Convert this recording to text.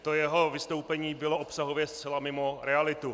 To jeho vystoupení bylo obsahově zcela mimo realitu.